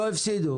לא הפסידו